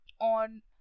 on